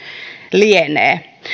lienee